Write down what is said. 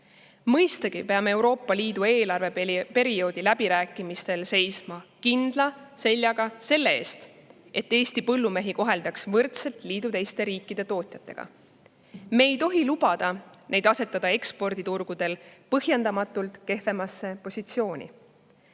Mõistagi peame Euroopa Liidu eelarveperioodi läbirääkimistel seisma kindla seljaga selle eest, et Eesti põllumehi koheldaks võrdselt liidu teiste riikide tootjatega. Me ei tohi lubada asetada neid eksporditurgudel põhjendamatult kehvemasse